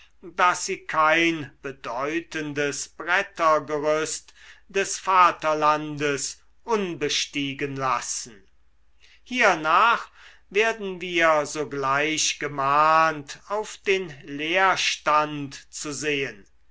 daß sie kein bedeutendes brettergerüst des vaterlandes unbestiegen lassen hiernach werden wir sogleich gemahnt auf den lehrstand zu sehen